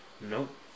Nope